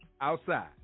outside